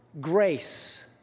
grace